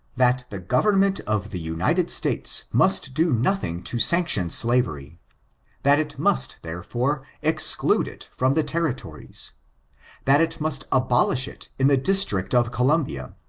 that the government of the united states must do nothing to sanction slavery that it must therefore exclude it from the territories that it must abolish it in the district of columbia,